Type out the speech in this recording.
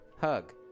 hug